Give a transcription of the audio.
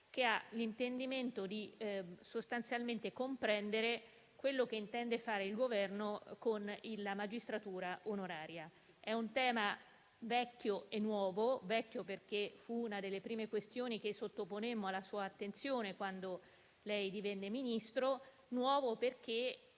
che ha sostanzialmente l'intendimento di comprendere quello che il Governo intende fare con la magistratura onoraria. È un tema vecchio e nuovo: vecchio, perché fu una delle prime questioni che sottoponemmo alla sua attenzione quando lei divenne Ministro; nuovo, perché